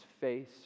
face